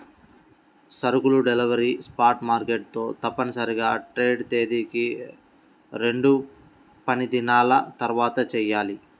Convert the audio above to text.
సరుకుల delivery spot market తో తప్పనిసరిగా ట్రేడ్ తేదీకి రెండుపనిదినాల తర్వాతచెయ్యాలి